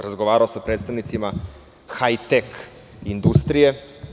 Razgovarao je sa predstavnicima haj-tek industrije.